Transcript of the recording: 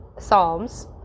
Psalms